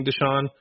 Deshaun